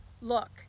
look